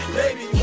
baby